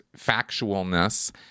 factualness